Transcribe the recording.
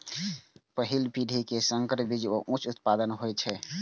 पहिल पीढ़ी के संकर बीज सं उच्च उत्पादन होइ छै